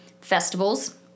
festivals